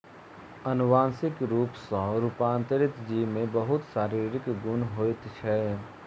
अनुवांशिक रूप सॅ रूपांतरित जीव में बहुत शारीरिक गुण होइत छै